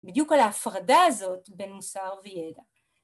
‫בדיוק על ההפרדה הזאת ‫בין מוסר וידע